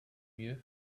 you